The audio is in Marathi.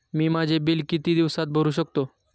मी माझे बिल किती दिवसांत भरू शकतो?